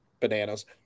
Bananas